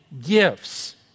gifts